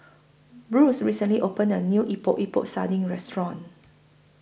Bruce recently opened A New Epok Epok Sardin Restaurant